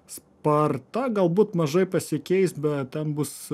sparta galbūt mažai pasikeis bet ten bus